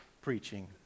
preaching